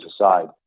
aside